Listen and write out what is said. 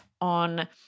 on